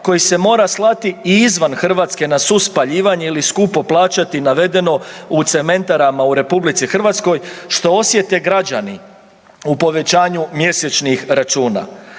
koji se mora slati i izvan Hrvatske na suspaljivanje ili skupo plaćati navedeno u cementarama u RH, što osjete građani u povećaju mjesečnih računa.